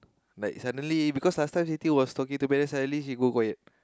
like suddenly because last night Siti was talking to me then suddenly she go quiet